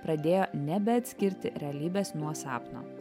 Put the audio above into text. pradėjo nebe atskirti realybės nuo sapno